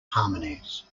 harmonies